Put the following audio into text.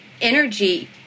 energy